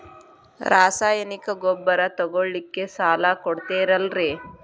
ರಾಸಾಯನಿಕ ಗೊಬ್ಬರ ತಗೊಳ್ಳಿಕ್ಕೆ ಸಾಲ ಕೊಡ್ತೇರಲ್ರೇ?